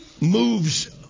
moves